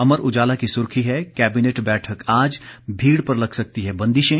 अमर उजाला की सुर्खी है कैबिनेट बैठक आज भीड़ पर लग सकती हैं बंदिशें